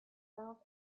south